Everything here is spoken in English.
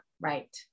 Right